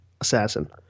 Assassin